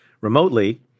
remotely